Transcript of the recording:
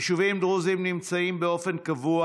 יישובים דרוזיים נמצאים באופן קבוע